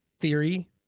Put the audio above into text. theory